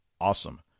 awesome